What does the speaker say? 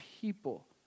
people